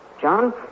John